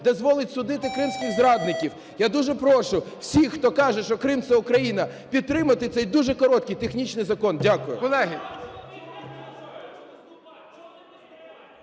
дозволить судити кримських зрадників. Я дуже прошу всіх, хто каже, що "Крим – це Україна", підтримати цей дуже короткий технічний закон. Дякую.